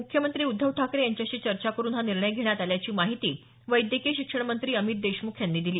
मुख्यमंत्री उद्धव ठाकरे यांच्याशी चर्चा करून हा निर्णय घेण्यात आल्याची माहिती वैद्यकीय शिक्षण मंत्री अमित देशमुख यांनी दिली